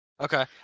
Okay